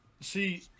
see